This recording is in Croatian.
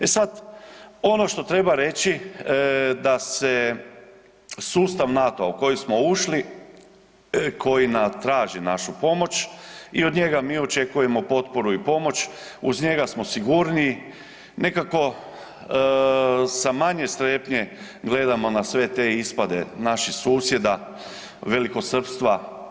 E sad, ono što treba reći da se sustav NATO-a u koji smo ušli, koji na traži našu pomoć i od njega mi očekujemo potporu i pomoć, uz njega smo sigurniji, nekako sa manje strepnje gledamo na sve te ispade naših susjeda, velikosrpstva.